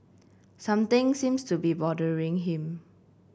something seems to be bothering him